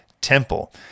temple